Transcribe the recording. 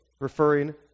referring